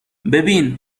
ببین